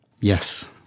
Yes